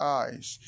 eyes